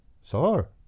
sir